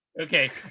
Okay